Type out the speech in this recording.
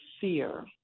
fear